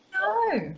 No